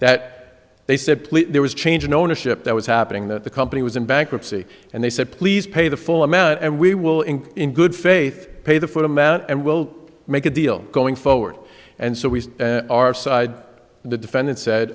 that they said please there was a change in ownership that was happening that the company was in bankruptcy and they said please pay the full amount and we will in in good faith pay the full amount and we'll make a deal going forward and so we our side the defendant said